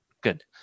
Good